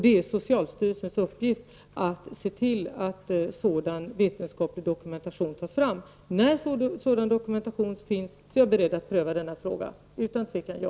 Det är socialstyrelsens uppgift att se till att sådan vetenskaplig dokumentation tas fram. När den finns är jag beredd att pröva frågan om legitimation. Mitt svar på den punkten är alltså utan tvekan ja.